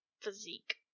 physique